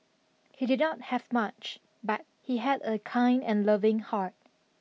he did not have much but he had a kind and loving heart